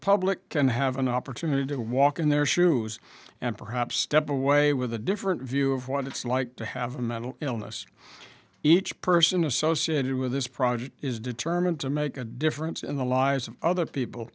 public can have an opportunity to walk in their shoes and perhaps step away with a different view of what it's like to have a mental illness each person associated with this project is determined to make a difference in the lives of other people